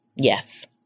Yes